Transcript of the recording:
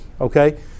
Okay